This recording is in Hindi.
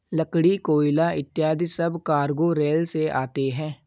लकड़ी, कोयला इत्यादि सब कार्गो रेल से आते हैं